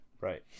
Right